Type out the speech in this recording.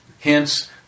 hence